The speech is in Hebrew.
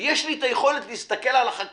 ויש לי את היכולת להסתכל על החקלאים